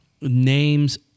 names